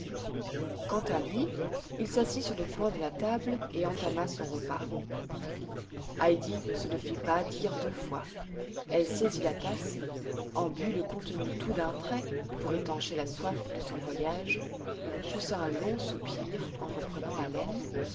quant à lui il s'assit sur le coin de la table et entama son repas heidi ne se le fit pas dire deux fois elle saisit la tasse en but le contenu tout d'un trait pour étancher la soif de son voyage poussa un long soupir en reprenant haleine